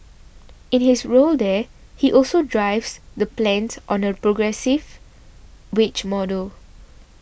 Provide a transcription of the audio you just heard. in his role there he also drives the plans on a progressive wage model